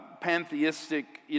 pantheistic